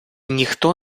ніхто